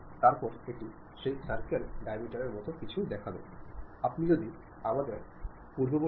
ഒരു ഹോമോഫിലി ഉള്ളപ്പോൾ പോലും നിങ്ങൾ ഉപയോഗിക്കുന്ന വാക്കുകൾ മറ്റ് കക്ഷികൾക്ക് മനസ്സിലാകണമെന്നില്ല